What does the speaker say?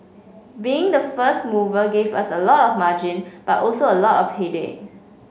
being the first mover gave us a lot of margin but also a lot of headache